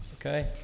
Okay